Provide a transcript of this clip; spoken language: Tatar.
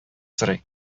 сорый